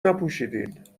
نپوشیدین